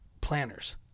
planners